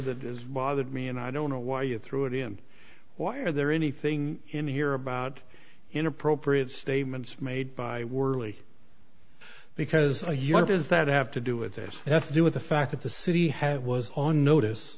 that is bothered me and i don't know why you threw it in why are there anything in here about inappropriate statements made by worley because a unit does that have to do with this death do with the fact that the city had was on notice